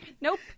Nope